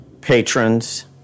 patrons